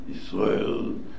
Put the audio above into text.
Israel